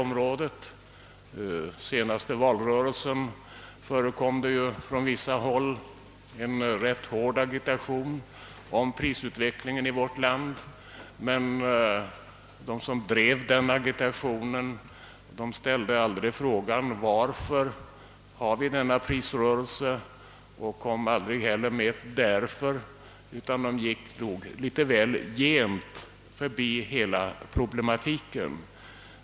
Under den senaste valrörelsen fördes från vissa håll en ganska hård agitation om prisutvecklingen i vårt land, men de som drev denna agitation frågade aldrig varför vi har denna prisrörelse, och de kom heller aldrig med något »därför», utan de gick på detta vis litet mera gent förbi hela problematiken.